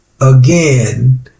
again